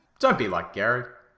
don't be like gary.